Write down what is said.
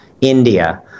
India